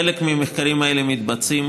חלק מהמחקרים האלה מתבצעים.